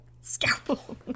Scalpel